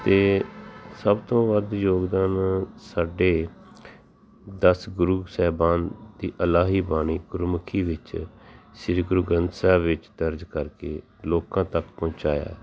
ਅਤੇ ਸਭ ਤੋਂ ਵੱਧ ਯੋਗਦਾਨ ਸਾਡੇ ਦਸ ਗੁਰੂ ਸਾਹਿਬਾਨ ਦੀ ਅਲਾਹੀ ਬਾਣੀ ਗੁਰਮੁਖੀ ਵਿੱਚ ਸ਼੍ਰੀ ਗੁਰੂ ਗ੍ਰੰਥ ਸਾਹਿਬ ਵਿੱਚ ਦਰਜ ਕਰਕੇ ਲੋਕਾਂ ਤੱਕ ਪਹੁੰਚਾਇਆ